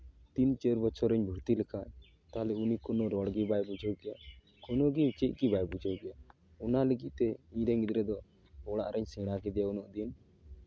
ᱛᱤᱱ ᱪᱟᱨ ᱵᱚᱪᱷᱚᱨᱤᱧ ᱵᱷᱚᱨᱛᱤ ᱞᱮᱠᱷᱟᱱ ᱛᱟᱦᱚᱞᱮ ᱩᱱᱤ ᱠᱳᱱᱚ ᱨᱚᱲᱜᱮ ᱵᱟᱭ ᱵᱩᱡᱷᱟᱹᱣ ᱠᱮᱭᱟ ᱠᱳᱱᱳ ᱜᱮ ᱪᱮᱫ ᱜᱮ ᱵᱟᱭ ᱵᱩᱡᱷᱟᱹᱣ ᱠᱮᱭᱟ ᱚᱱᱟ ᱞᱟᱹᱜᱤᱫ ᱛᱮ ᱤᱧᱨᱮᱱ ᱜᱤᱫᱽᱨᱟᱹ ᱫᱚ ᱚᱲᱟᱜ ᱨᱤᱧ ᱥᱮᱬᱟ ᱠᱮᱫᱮᱭᱟ ᱩᱱᱟᱹᱜ ᱫᱤᱱ